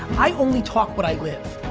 i only talk what i live.